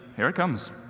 here it comes.